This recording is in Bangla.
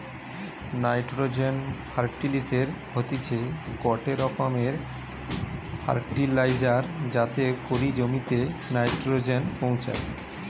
নাইট্রোজেন ফার্টিলিসের হতিছে গটে রকমের ফার্টিলাইজার যাতে করি জমিতে নাইট্রোজেন পৌঁছায়